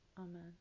Amen